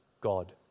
God